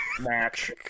match